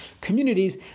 communities